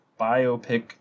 biopic